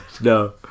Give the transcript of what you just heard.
No